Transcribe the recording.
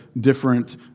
different